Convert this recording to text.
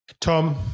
Tom